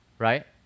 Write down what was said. right